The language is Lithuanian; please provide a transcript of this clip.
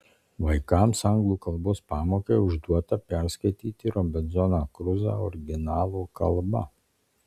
vaikams anglų kalbos pamokai užduota perskaityti robinzoną kruzą originalo kalba